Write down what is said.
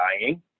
dying